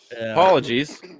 Apologies